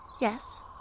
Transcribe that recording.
Yes